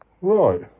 Right